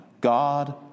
God